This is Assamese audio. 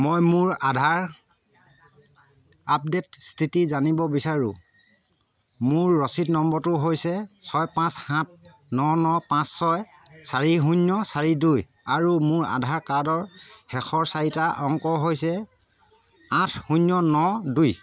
মই মোৰ আধাৰ আপডেট স্থিতি জানিব বিচাৰোঁ মোৰ ৰচিদ নম্বৰটো হৈছে ছয় পাঁচ সাত ন ন পাঁচ ছয় চাৰি শূন্য চাৰি দুই আৰু মোৰ আধাৰ কাৰ্ডৰ শেষৰ চাৰিটা অংক হৈছে আঠ শূন্য ন দুই